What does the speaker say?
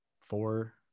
four